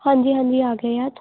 ਹਾਂਜੀ ਹਾਂਜੀ ਆ ਗਏ ਆ